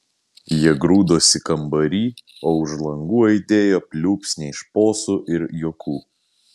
jie grūdosi kambary o už langų aidėjo pliūpsniai šposų ir juokų